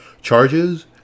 charges